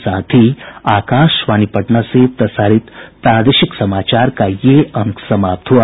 इसके साथ ही आकाशवाणी पटना से प्रसारित प्रादेशिक समाचार का ये अंक समाप्त हुआ